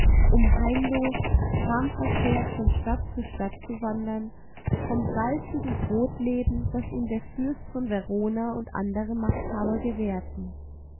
um heimlos gramverzehrt von stadt zu stadt zu wandern vom salzigen brot lebend das ihm der fürst von verona und andere machthaber gewährten